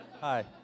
hi